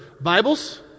Bibles